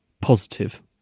positive